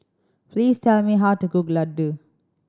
please tell me how to cook laddu